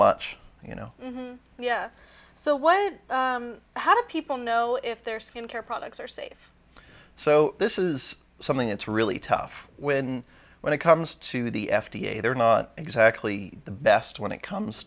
much you know yeah so what how do people know if their skincare products are safe so this is something it's really tough when when it comes to the f d a they're not exactly the best when it comes